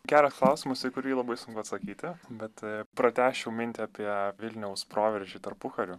geras klausimas į kurį labai sunku atsakyti bet pratęsčiau mintį apie vilniaus proveržį tarpukariu